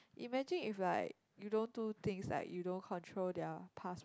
imagine if like you don't do things like you don't control their past